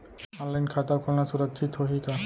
Online खाता खोलना सुरक्षित होही का?